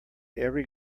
every